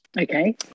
okay